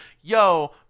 yo